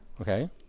okay